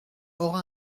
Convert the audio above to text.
aura